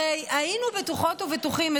הרי היינו בטוחות ובטוחים,